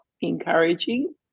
encouraging